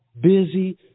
busy